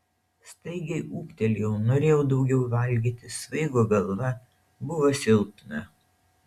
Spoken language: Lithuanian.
staigiai ūgtelėjau norėjau daugiau valgyti svaigo galva buvo silpna